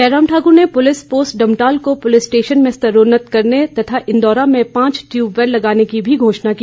जयराम ठाकुर ने police post Damtal को police station में स्तरोन्नत करने तथा इन्दौरा में पांच टयूबवैल लगाने की भी घोषणा की